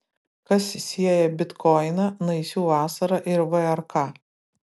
kas sieja bitkoiną naisių vasarą ir vrk